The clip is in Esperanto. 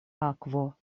akvo